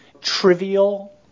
trivial